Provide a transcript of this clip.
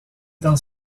dans